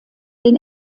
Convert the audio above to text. den